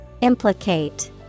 Implicate